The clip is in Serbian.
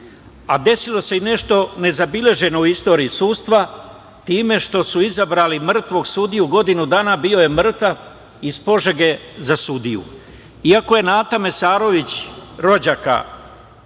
pravo? Desilo se i nešto nezabeleženo u istoriji sudstva time što su izabrali mrtvog sudiju, godinu dana bio je mrtav iz Požege, za sudiju. Iako je Nata Mesarović, rođaka